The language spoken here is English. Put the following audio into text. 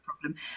problem